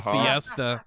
Fiesta